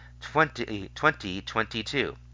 2022